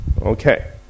Okay